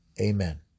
Amen